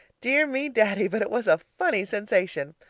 dear me, daddy, but it was a funny sensation!